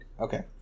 Okay